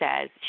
says